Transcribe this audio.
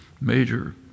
major